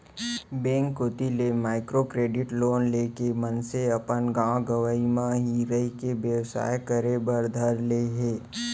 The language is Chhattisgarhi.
बेंक कोती ले माइक्रो क्रेडिट लोन लेके मनसे अपन गाँव गंवई म ही रहिके बेवसाय करे बर धर ले हे